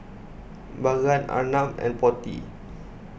Bhagat Arnab and Potti